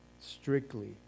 Strictly